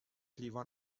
لیوان